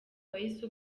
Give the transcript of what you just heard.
wahise